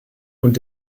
und